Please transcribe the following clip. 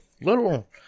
little